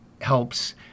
helps